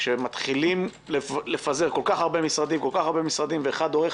כשמתחילים לפזר כל כך הרבה משרדים ואחד דורך